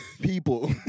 people